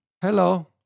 Hello